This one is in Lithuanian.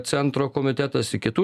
centro komitetas į kitų